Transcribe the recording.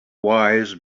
wise